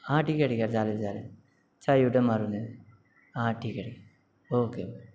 हां ठीक आहे ठीक आहे चालेल चालेल चालेल यु टर्न मारून या हां ठीक आहे ठीक आहे ओके बाय